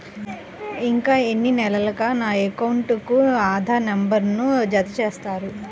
ఇంకా ఎన్ని నెలలక నా అకౌంట్కు ఆధార్ నంబర్ను జత చేస్తారు?